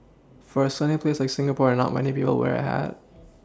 for a sunny place like Singapore are not many people wear a hat